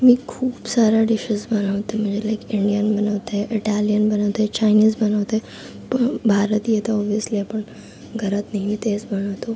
मी खूप साऱ्या डिशेस बनवते म्हणजे लाईक इंडियन बनवते इटालियन बनवते चायनीज बनवते प भारतीय तर ऑबव्हिअसली आपण घरात नेहमी तेच बनवतो